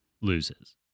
loses